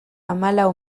hamalau